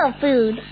food